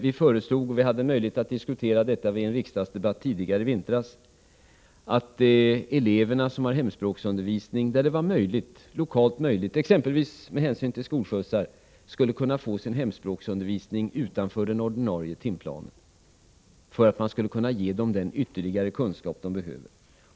Vi föreslog — och vi hade möjlighet att diskutera detta vid en riksdagsdebatt i vintras — att de elever som har hemspråksundervisning skulle, där det var lokalt möjligt exempelvis med hänsyn till skolskjutsar, kunna få sin hemspråksundervisning utanför den ordinarie timplanen. Därigenom skulle man kunna ge dem den ytterligare kunskap de behöver.